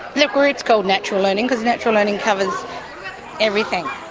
the group's called natural learning because natural learning covers everything.